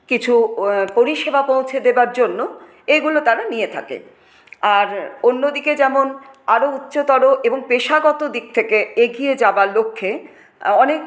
কিছু পরিষেবা পৌঁছে দেওয়ার জন্য এগুলো তারা নিয়ে থাকে আর অন্যদিকে যেমন আরও উচ্চতর এবং পেশাগত দিক থেকে এগিয়ে যাওয়ার লক্ষ্যে অনেক